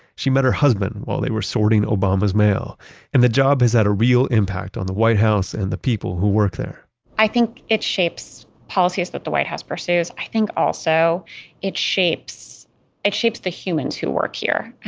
she met her husband while they were sorting obama's mail and the job has had a real impact on the white house and the people who work there i think it shapes policies that the white house pursues. i think also it shapes it shapes the humans who work here.